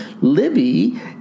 Libby